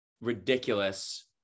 ridiculous